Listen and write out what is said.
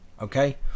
okay